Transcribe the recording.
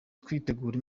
twitegura